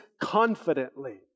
confidently